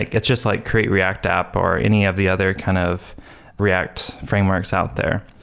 like it's just like create react app or any of the other kind of react frameworks out there.